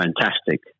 fantastic